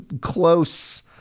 close